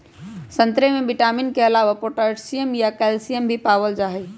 संतरे में विटामिन के अलावे पोटासियम आ कैल्सियम भी पाएल जाई छई